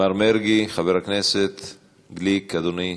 מר מרגי, חבר הכנסת גליק, אדוני?